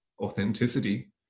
authenticity